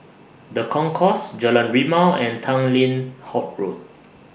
The Concourse Jalan Rimau and Tanglin Halt Road